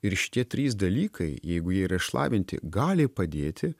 ir šitie trys dalykai jeigu jie yra išlavinti gali padėti